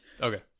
okay